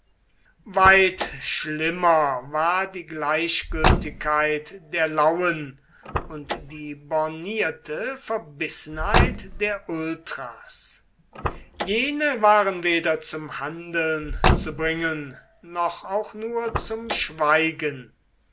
weit schlimmer war die gleichgültigkeit der lauen und die bornierte verbissenheit der ultras jene waren weder zum handeln zu bringen noch auch nur zum schweigen